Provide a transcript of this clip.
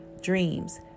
dreams